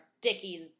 Dickie's